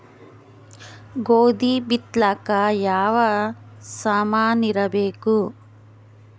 ಗೋಧಿ ಬಿತ್ತಲಾಕ ಯಾವ ಸಾಮಾನಿರಬೇಕು?